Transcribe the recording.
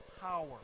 power